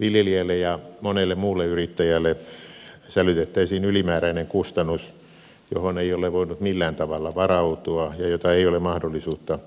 viljelijälle ja monelle muulle yrittäjälle sälytettäisiin ylimääräinen kustannus johon ei ole voinut millään tavalla varautua ja jota ei ole mahdollisuutta